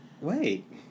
wait